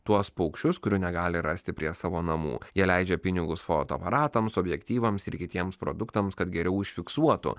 tuos paukščius kurių negali rasti prie savo namų jie leidžia pinigus fotoaparatams objektyvams ir kitiems produktams kad geriau užfiksuotų